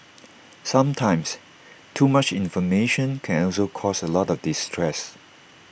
sometimes too much information can also cause A lot of distress